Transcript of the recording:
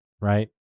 right